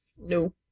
No